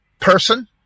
person